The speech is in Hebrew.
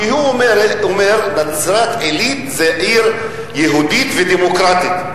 הוא אומר: כי נצרת-עילית זו עיר יהודית ודמוקרטית.